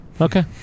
okay